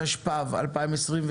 התשפ"ב-2022.